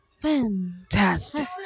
Fantastic